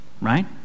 right